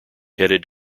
headed